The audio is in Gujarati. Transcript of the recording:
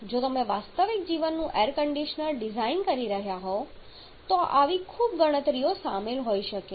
જો તમે વાસ્તવિક જીવનનું એર કંડિશનર ડિઝાઇન કરી રહ્યા હોવ તો આવી ખૂબ ગણતરીઓ સામેલ હોઈ શકે છે